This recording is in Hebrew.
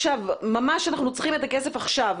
ממש כשאנחנו צריכים את הכסף עכשיו.